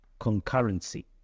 concurrency